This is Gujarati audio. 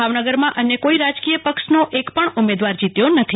ભાવનગર માં અન્ય કોઈ રાજકીય પક્ષ નો એકપણ ઉમેદવાર જીત્યો નથી